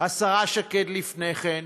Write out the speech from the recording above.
השרה שקד לפני כן,